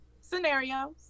scenarios